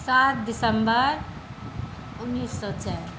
सात दिसम्बर उन्नीस सए चारि